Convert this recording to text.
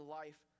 life